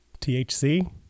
THC